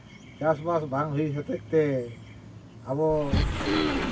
ᱪᱟᱥᱼᱵᱟᱥ ᱵᱟᱝ ᱦᱩᱭ ᱦᱚᱛᱮᱫ ᱛᱮ ᱟᱵᱚ